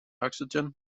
oxygen